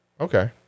Okay